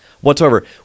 whatsoever